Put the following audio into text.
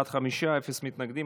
בעד, חמישה, אפס מתנגדים.